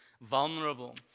vulnerable